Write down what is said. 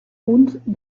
punts